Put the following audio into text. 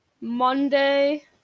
monday